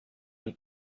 une